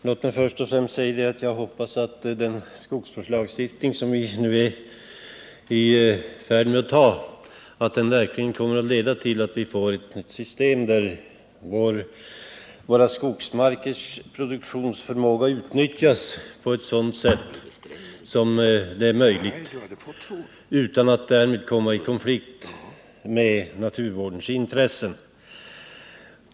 Herr talman! Låt mig först säga att jag hoppas att den skogsvårdslagstiftning som vi nu är i färd med att anta verkligen kommer att leda till att våra skogsmarkers produktionsförmåga utnyttjas så effektivt som möjligt utan att man därmed kommer i konflikt med naturvårdsintressen.